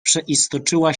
przeistoczyła